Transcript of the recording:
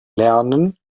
lernen